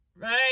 right